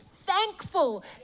thankful